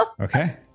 Okay